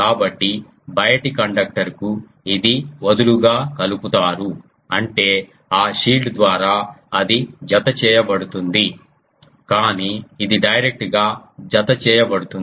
కాబట్టి బయటి కండక్టర్కు ఇది వదులుగా కలుపుతారు అంటే ఆ షీల్డ్ ద్వారా అది జతచేయబడుతోంది కానీ ఇది డైరెక్ట్ గా జతచేయబడుతుంది